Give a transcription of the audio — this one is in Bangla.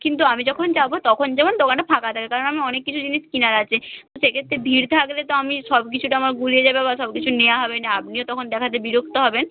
কিন্তু আমি যখন যাবো তখন যেমন দোকানটা ফাঁকা থাকে কারণ আমার অনেক কিছু জিনিস কিনার আছে সেক্ষেত্রে ভিড় থাকলে তো আমি সব কিছুটা আমার গুলিয়ে যাবে বা সব কিছু নেয়া হবে না আপনিও তখন দেখাতে বিরক্ত হবেন